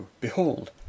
behold